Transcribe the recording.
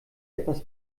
etwas